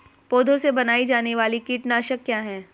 पौधों से बनाई जाने वाली कीटनाशक क्या है?